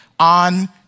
on